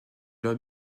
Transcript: leurs